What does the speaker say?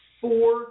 four